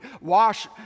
wash